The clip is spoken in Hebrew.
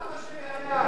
סבא שלי היה,